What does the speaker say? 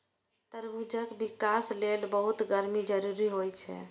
तरबूजक विकास लेल बहुत गर्मी जरूरी होइ छै